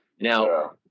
Now